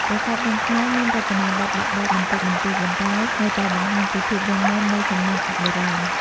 ប្រាសាទនាងខ្មៅមានរចនាបថបាក់បែកបន្តិចបន្តួច ប៉ុន្តែនៅតែបង្ហាញពីភាពរឹងមាំនៃសំណង់ឥដ្ឋបុរាណ។